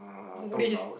Buddhist